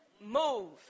move